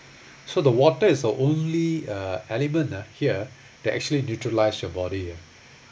so the water is the only uh element ah here that actually neutralise your body